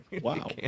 Wow